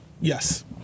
Yes